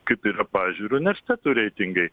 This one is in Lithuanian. kaip yra pavyzdžiui ir universitetų reitingai